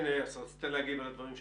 אליאס רצית להגיב על הדברים שנאמרו.